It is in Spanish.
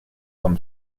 con